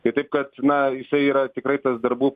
tai taip kad na jisai yra tikrai tas darbų